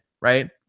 right